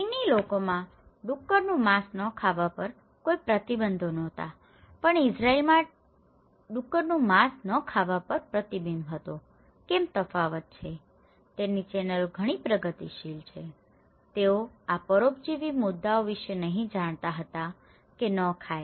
ચીની લોકોમાં ડુક્કરનું માંસ ન ખાવા પર કોઈ પ્રતિબંધો નહોતા પણ ઇઝરાઇલીમાં ઇઝરાયેલમાં ડુક્કરનું માંસ ન ખાવા પર પ્રતિબંધો હતા કેમ તફાવત છે તેની ચેનલ ઘણી પ્રગતિશીલ છે તેઓ આ પરોપજીવી મુદ્દાઓ વિશે નહીં જાણતા હતા કે ન ખાય